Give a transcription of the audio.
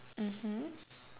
mmhmm